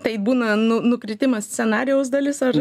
tai būna nu nukritimas scenarijaus dalis ar